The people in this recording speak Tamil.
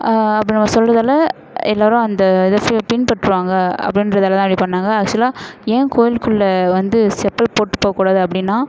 அப்படி நம்ம சொல்கிறதால எல்லாேரும் அந்த இதை சு பின்பற்றுவாங்க அப்படின்றதால தான் இப்படி பண்ணிணாங்க ஆக்ஸுவலாக ஏன் கோயிலுக்குள்ளே வந்து செப்பல் போட்டு போகக்கூடாது அப்படினா